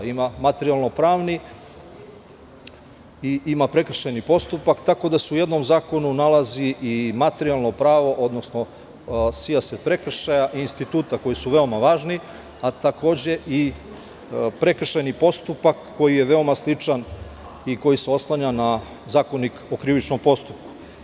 Ima materijalno pravni i ima prekršajni postupak, tako da se u jednom zakonu nalazi i materijalno pravo, odnosno sijaset prekršaja i instituta koji su veoma važni, a takođe i prekršajni postupak koji je veoma sličan i koji se oslanja na Zakonik o krivičnom postupku.